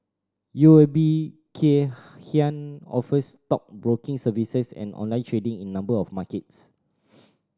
U O B Kay Hian offers stockbroking services and online trading in number of markets